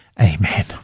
Amen